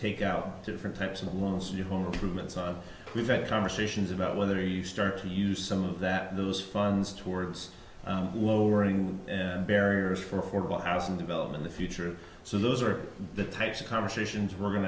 take out different types of loans to home treatments of we've got conversations about whether you start to use some of that those funds towards lowering barriers for affordable housing development the future so those are the types of conversations we're going